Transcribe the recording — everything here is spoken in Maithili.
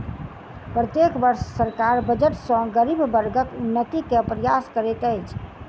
प्रत्येक वर्ष सरकार बजट सॅ गरीब वर्गक उन्नति के प्रयास करैत अछि